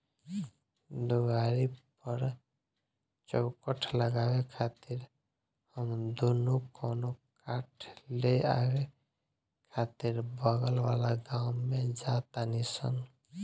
दुआरी पर चउखट लगावे खातिर हम दुनो कवनो काठ ले आवे खातिर बगल वाला गाँव में जा तानी सन